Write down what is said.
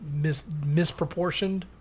misproportioned